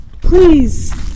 Please